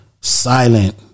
Silent